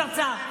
אחים מתפשרים.